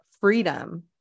freedom